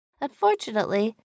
Unfortunately